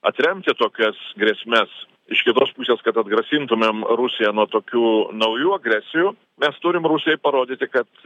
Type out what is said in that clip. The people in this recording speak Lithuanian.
atremti tokias grėsmes iš kitos pusės kad atgrasintumėm rusiją nuo tokių naujų agresijų mes turim rusijoje parodyti kad